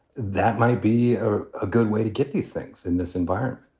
that might be a ah good way to get these things in this environment.